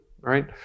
right